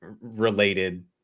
related